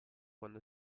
quando